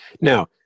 Now